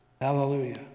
Hallelujah